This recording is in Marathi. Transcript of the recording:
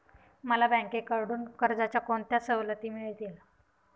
मला बँकेकडून कर्जाच्या कोणत्या सवलती मिळतील?